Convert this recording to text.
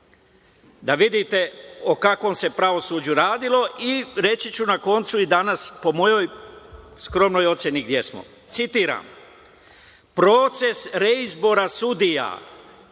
da vidite o kakvom se pravosuđu radi i reći ću na kraju danas, po mojoj skromnoj oceni gde smo. Citiram: „Proces reizbora sudija